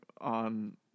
on